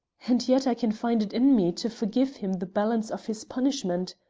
and yet i can find it in me to forgive him the balance of his punishment,